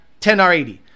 10R80